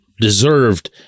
deserved